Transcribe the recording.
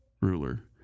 ruler